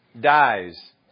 dies